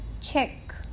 check